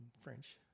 French